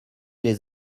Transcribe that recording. les